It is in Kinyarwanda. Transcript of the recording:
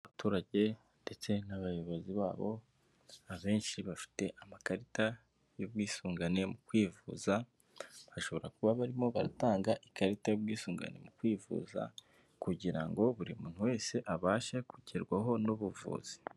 Abaturage ndetse n'abayobozi babo, abenshi bafite amakarita y'ubwisungane mu kwivuza. Bashobora kuba barimo baratanga ikarita y'ubwisungane mu kwivuza, kugira ngo buri muntu wese abashe kugerwaho n'ubuvuzi.